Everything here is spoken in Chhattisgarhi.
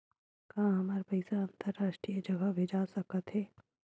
का हमर पईसा अंतरराष्ट्रीय जगह भेजा सकत हे?